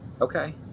Okay